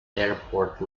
airport